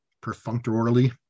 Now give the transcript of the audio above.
perfunctorily